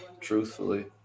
truthfully